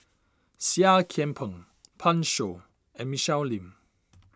Seah Kian Peng Pan Shou and Michelle Lim